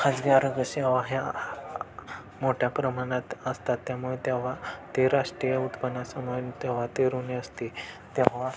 खाजगी आरोग्य सेवा ह्या मोठ्या प्रमाणात असतात त्यामुळे तेव्हा ते राष्ट्रीय उत्पन्नासमान तेव्हा ते ऋण असते तेव्हा